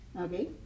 Okay